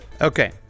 okay